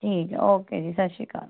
ਠੀਕ ਹੈ ਓਕੇ ਜੀ ਸਤਿ ਸ਼੍ਰੀ ਅਕਾਲ